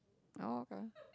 oh okay